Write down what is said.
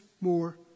more